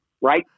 Right